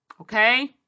okay